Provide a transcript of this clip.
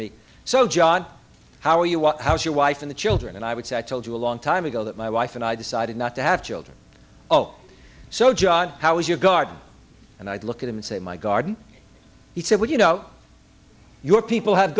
me so john how are you what how's your wife and the children and i would say i told you a long time ago that my wife and i decided not to have children oh so john how was your garden and i'd look at him and say my garden he said would you know your people have